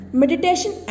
meditation